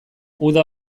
uda